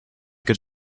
good